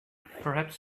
perhaps